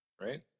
Right